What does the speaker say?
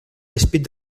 despit